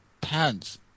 pants